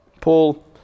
Paul